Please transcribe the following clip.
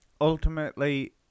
Ultimately